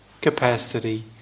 capacity